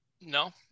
no